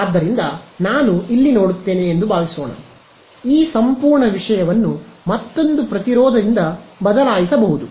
ಆದ್ದರಿಂದ ನಾನು ಇಲ್ಲಿಂದ ನೋಡುತ್ತೇನೆ ಎಂದು ಭಾವಿಸೋಣ ಈ ಸಂಪೂರ್ಣ ವಿಷಯವನ್ನು ಮತ್ತೊಂದು ಪ್ರತಿರೋಧದಿಂದ ಬದಲಾಯಿಸಬಹುದು